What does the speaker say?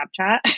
Snapchat